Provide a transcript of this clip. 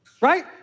right